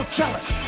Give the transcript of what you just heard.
jealous